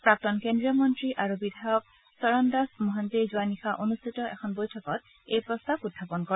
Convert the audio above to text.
প্ৰাক্তন কেন্দ্ৰীয় মন্ত্ৰী আৰু বিধায়ক চৰণদাস মহন্তে যোৱা নিশা অনুষ্ঠিত এখন বৈঠকত এই প্ৰস্তাৱ উখাপন কৰে